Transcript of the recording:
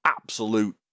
absolute